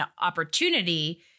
opportunity